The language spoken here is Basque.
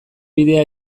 bidea